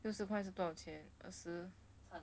六十块是多少钱二十